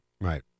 Right